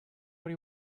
what